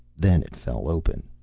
then it fell open.